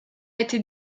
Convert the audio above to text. été